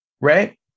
Right